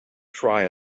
try